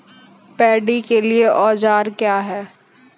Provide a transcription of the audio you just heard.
Paddy के लिए औजार क्या हैं?